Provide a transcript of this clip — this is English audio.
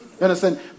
understand